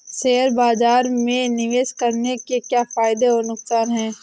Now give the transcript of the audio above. Share बाज़ार में निवेश करने के क्या फायदे और नुकसान हैं?